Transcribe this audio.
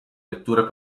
vetture